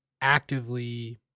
actively